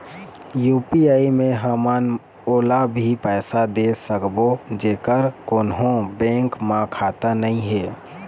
UPI मे हमन ओला भी पैसा दे सकबो जेकर कोन्हो बैंक म खाता नई हे?